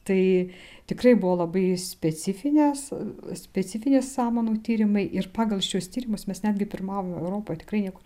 tai tikrai buvo labai specifinės specifinės samanų tyrimai ir pagal šiuos tyrimus mes netgi pirmavom europoje tikrai niekur